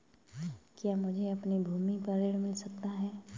क्या मुझे अपनी भूमि पर ऋण मिल सकता है?